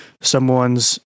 someone's